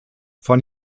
von